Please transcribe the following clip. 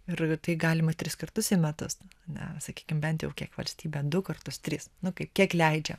ir tai galima tris kartus į metus ane sakykim bent jau kiek valstybė du kartus trys nu kaip kiek leidžia